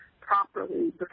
properly